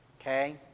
Okay